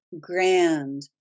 grand